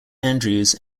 andrews